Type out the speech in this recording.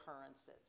occurrences